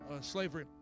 slavery